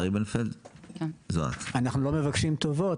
אנחנו לא מבקשים טובות.